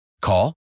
Call